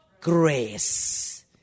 grace